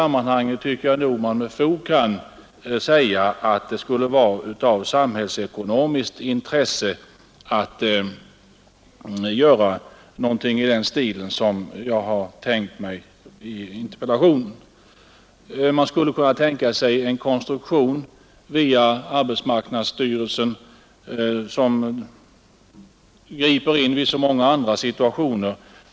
Man kan nog med fog hävda att det skulle vara av samhällsekonomiskt intresse att göra någonting i stil med vad jag har tänkt mig i interpellationen. Arbetsmarknadsstyrelsen ingriper ju i så många andra situationer.